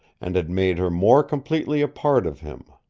and had made her more completely a part of him.